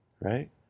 right